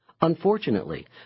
Unfortunately